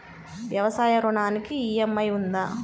వ్యవసాయ ఋణానికి ఈ.ఎం.ఐ ఉందా?